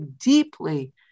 deeply